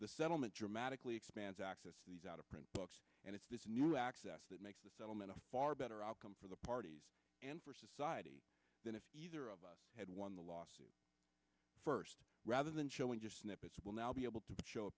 the settlement dramatically expanded access to these out of print books and it's this new access that makes the settlement a far better outcome for the parties and for society than if either of us had won the lawsuit first rather than showing just snippets will now be able to show a